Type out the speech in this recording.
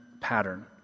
pattern